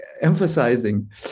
emphasizing